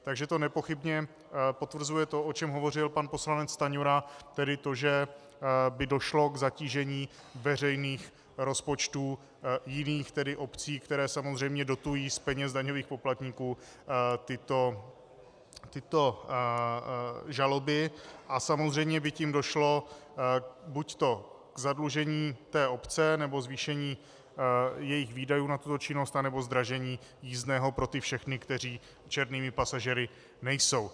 Takže to nepochybně potvrzuje to, o čem hovořil pan poslanec Stanjura, tedy to, že by došlo k zatížení veřejných rozpočtů jiných obcí, které samozřejmě dotují z peněz daňových poplatníků tyto žaloby, a samozřejmě by tím došlo buďto k zadlužení obce, nebo zvýšení jejích výdajů na tuto činnost, anebo zdražení jízdného pro všechny, kteří černými pasažéry nejsou.